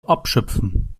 abschöpfen